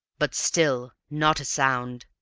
but still, not a sound,